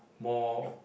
more